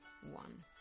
one